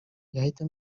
yahita